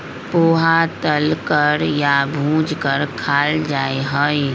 पोहा तल कर या भूज कर खाल जा हई